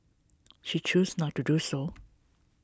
she chose not to do so